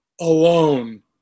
alone